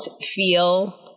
feel